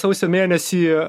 sausio mėnesį